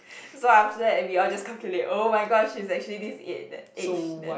so after that we all just calculate oh-my-gosh she is actually this age that age then